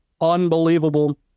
unbelievable